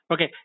Okay